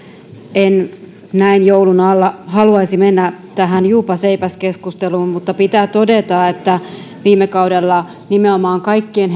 en näin joulun alla haluaisi mennä tähän juupas eipäs keskusteluun mutta pitää todeta että viime kaudella nimenomaan kaikkein